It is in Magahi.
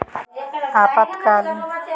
अल्पकालिक लोन के कि कि विक्लप हई बताहु हो?